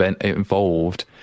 involved